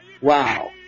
Wow